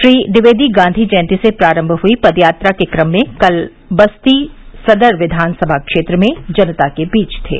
श्री ट्विवेदी गांधी जयंती से प्रारम्भ हुयी पदयात्रा के क्रम में कल बस्ती सदर विधानसभा क्षेत्र में जनता के बीच थे